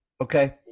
Okay